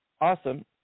Awesome